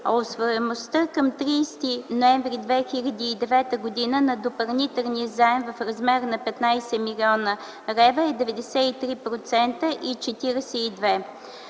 Усвояемостта към 30 ноември 2009 г. на допълнителния заем в размер на 15 млн. лв. е 93,42%.